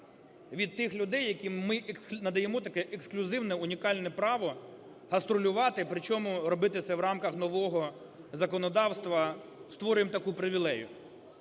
від тих людей, яким ми надаємо таке ексклюзивне, унікальне право гастролювати, причому робити це в рамках нового законодавства, створюємо таку привілею?